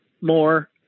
more